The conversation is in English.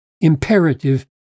imperative